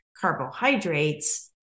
carbohydrates